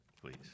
Please